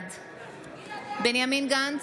בעד בנימין גנץ,